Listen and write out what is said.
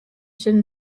should